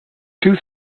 two